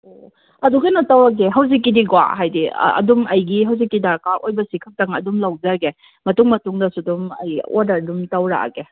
ꯑꯣꯑꯣ ꯑꯗꯨ ꯀꯩꯅꯣ ꯇꯧꯔꯒꯦ ꯍꯧꯖꯤꯛꯀꯤꯗꯤꯀꯣ ꯍꯥꯏꯗꯤ ꯑꯗꯨꯝ ꯑꯩꯒꯤ ꯍꯧꯖꯤꯛꯀꯤ ꯗꯔꯀꯥꯔ ꯑꯣꯏꯕꯁꯤ ꯁꯤ ꯈꯛꯇꯪ ꯑꯗꯨꯝ ꯂꯧꯖꯒꯦ ꯃꯇꯨꯡ ꯃꯇꯨꯡꯗꯁꯨ ꯑꯗꯨꯝ ꯑꯩ ꯑꯣꯗꯔ ꯑꯗꯨꯝ ꯇꯧꯔꯛꯑꯒꯦ